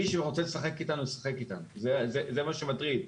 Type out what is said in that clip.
מי שרוצה לשחק אתנו ישחק אתנו, זה מה שמטריד.